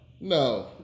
No